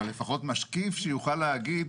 אבל לפחות משקיף שיוכל להגיד,